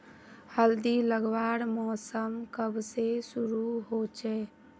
हल्दी लगवार मौसम कब से शुरू होचए?